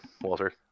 Walter